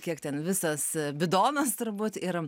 kiek ten visas bidonas turbūt ir